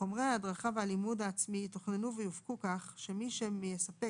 חומרי ההדרכה והלימוד העצמי יתוכננו ויופקו כך שמי שמספק